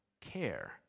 care